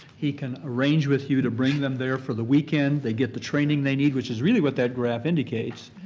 he can arrange with you to bring them there for the weekend, they get the training they need, which is really what that graph indicates,